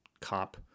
cop